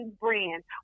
brand